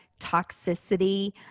toxicity